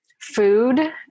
Food